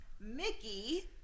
mickey